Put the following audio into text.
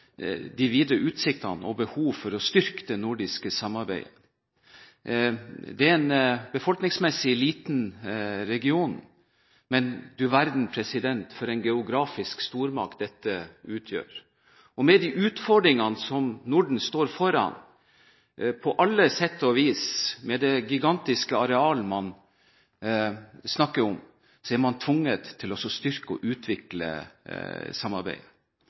de videre utsiktene og behovet for å styrke det nordiske samarbeidet. Det er en befolkningsmessig liten region, men du verden for en geografisk stormakt den utgjør. Med de utfordringene som Norden står overfor på alle sett og vis – med det gigantiske arealet man snakker om, er man tvunget til å styrke og utvikle samarbeidet